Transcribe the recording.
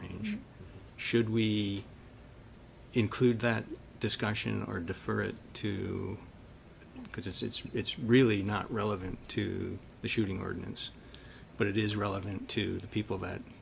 range should we include that discussion or defer it to because it's it's really not relevant to the shooting ordinance but it is relevant to the people that